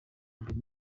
imbere